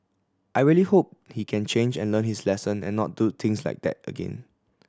I really hope he can change and learn his lesson and not do things like that again